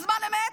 מסתכל בזמן אמת,